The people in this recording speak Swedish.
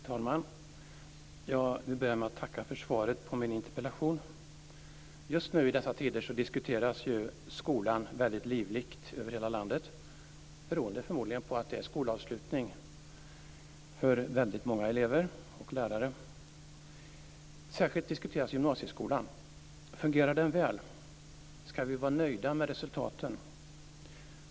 Fru talman! Jag vill börja med att tacka för svaret på min interpellation. Just i dessa tider diskuteras ju skolan mycket livligt över hela landet, förmodligen beroende på att det är skolavslutning för väldigt många elever och lärare. Särskilt diskuteras gymnasieskolan. Fungerar den väl? Skall vi vara nöjda med resultaten?